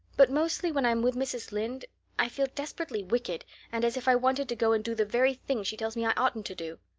but mostly when i'm with mrs. lynde i feel desperately wicked and as if i wanted to go and do the very thing she tells me i oughtn't to do.